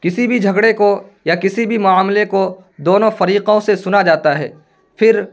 کسی بھی جھگڑے کو یا کسی بھی معاملے کو دونوں فریقوں سے سنا جاتا ہے پھر